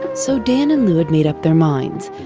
so dan and lu made up their minds,